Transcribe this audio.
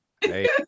hey